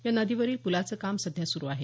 या नदीवरील पुलाचे काम सध्या सुरु आहे